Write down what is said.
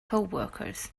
coworkers